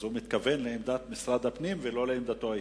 אז הוא מתכוון לעמדת משרד הפנים ולא לעמדתו האישית.